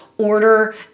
order